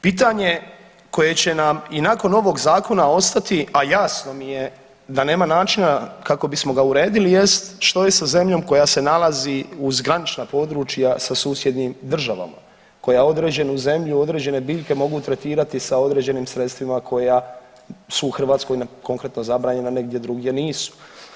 Pitanje koje će nam i nakon ovog zakona ostati, a jasno mi je da nema načina kako bismo ga uredili jest što je sa zemljom koja se nalazi uz granična područja sa susjednim državama, koja određenu zemlju, određene biljke mogu tretirati sa određenim sredstvima koja su u hrvatskoj konkretno zabranjena, negdje drugdje nisu.